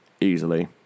Easily